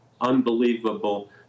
unbelievable